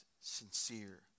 sincere